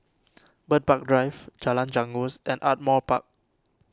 Bird Park Drive Jalan Janggus and Ardmore Park